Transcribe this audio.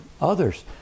others